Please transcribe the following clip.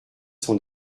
sont